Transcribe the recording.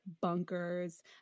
bunkers